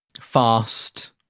fast